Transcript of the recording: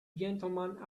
gentlemen